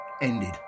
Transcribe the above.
ended